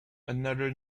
another